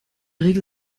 regel